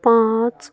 پانٛژھ